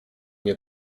nie